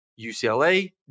UCLA